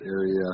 area